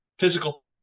physical